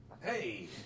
Hey